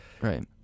Right